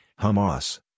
Hamas